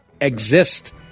exist